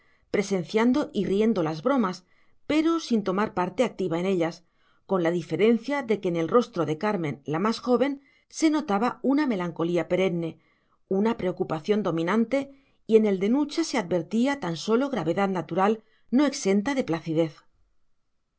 presenciando y riendo las bromas pero sin tomar parte activa en ellas con la diferencia de que en el rostro de carmen la más joven se notaba una melancolía perenne una preocupación dominante y en el de nucha se advertía tan sólo gravedad natural no exenta de placidez